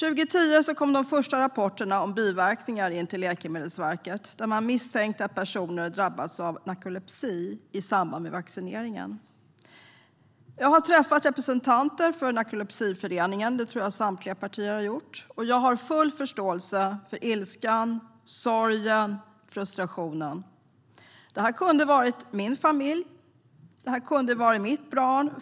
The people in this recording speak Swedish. Under 2010 kom de första rapporterna om biverkningar in till Läkemedelsverket. Man misstänkte att personer drabbats av narkolepsi i samband med vaccineringen. Jag har träffat representanter för Narkolepsiföreningen. Det tror jag att samtliga partier har gjort. Jag har full förståelse för ilskan, sorgen och frustrationen. Det kunde ha varit min familj. Det kunde ha varit mitt barn.